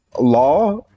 law